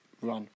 run